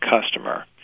customer